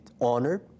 honored